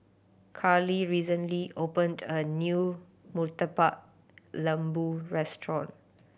Karly recently opened a new Murtabak Lembu restaurant